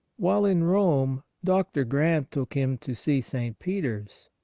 while in rome, dr. grant took him to see st. peter's.